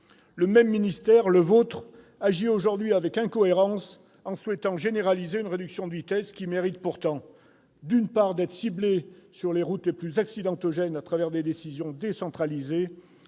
le même ministère, le vôtre, agit aujourd'hui avec incohérence en souhaitant généraliser une réduction de vitesse, qui mérite pourtant, d'une part, d'être ciblée sur les routes les plus accidentogènes à travers des décisions décentralisées,